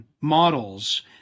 Models